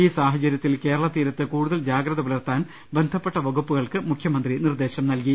ഈ സാഹചര്യത്തിൽ കേരള തീരത്ത് കൂടുതൽ ജാഗ്രത പുലർത്താൻ ബന്ധപ്പെട്ട വകുപ്പുകൾക്ക് മുഖ്യമന്ത്രി നിർദ്ദേശം നൽകി